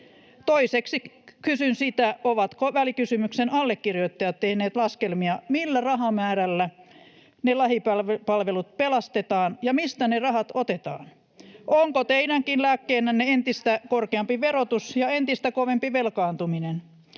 Toiseksi kysyn, ovatko välikysymyksen allekirjoittajat tehneet laskelmia, millä rahamäärällä ne lähipalvelut pelastetaan ja mistä ne rahat otetaan? [Antti Kurvisen välihuuto — Hanna-Leena Mattilan välihuuto] Onko teidänkin lääkkeenänne entistä korkeampi verotus ja entistä kovempi velkaantuminen?